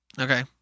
Okay